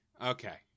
okay